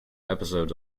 episodes